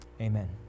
Amen